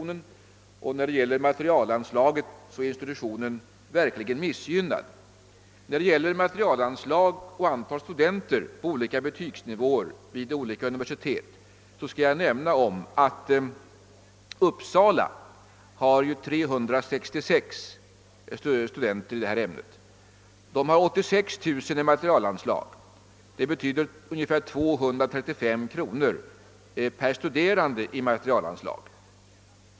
När det gäller materielanslag är institutionen vidare verkligen missgynnad. Beträffande relationen mellan materielanslag och antal studenter på olika betygsnivåer vid olika universitet kan jag nämna följande. Uppsala universitet som har 366 studerande i detta ämne och 86 000 kronor i materielanslag får ungefär 235 kronor i materielanslag per studerande.